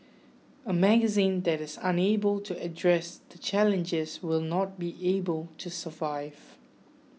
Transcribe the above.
a magazine that is unable to address the challenges will not be able to survive